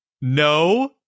No